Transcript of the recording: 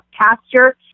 pasture